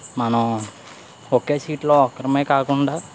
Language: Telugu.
మనం ఒకే సీట్లో ఒకరు కాకుండా